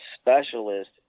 specialist